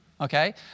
okay